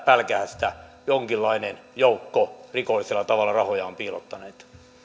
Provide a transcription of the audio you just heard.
pälkähästä jonkinlainen joukko rikollisella tavalla rahojaan piilottaneita